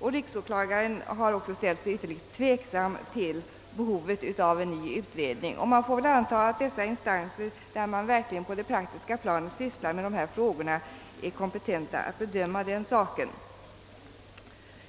Riksåklagaren har också ställt sig ytterligt tveksam till behovet av en ny utredning. Man får väl anta att dessa instanser, inom vilka man verkligen sysslar med dessa frågor på det praktiska planet, är kompetenta att bedöma denna sak.